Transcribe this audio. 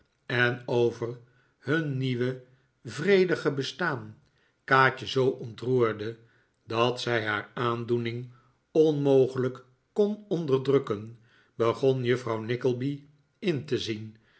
en over hun nieuwe vredige bestaan kaatje zoo ontroerde dat zij haar aandoening onmogelijk kon onderdrukken begon juffrouw nickleby in te zien